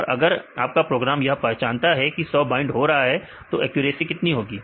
और अगर आपका प्रोग्राम यह पहचानता है की 100 बाइंड हो रहे हैं तो एक्यूरेसी कितनी होगी